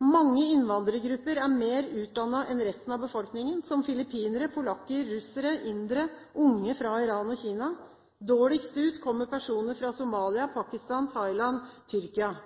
Mange innvandrergrupper er mer utdannet enn resten av befolkningen, som filippinere, polakker, russere, indere og unge fra Iran og Kina. Dårligst ut kommer personer fra Somalia, Pakistan, Thailand og Tyrkia.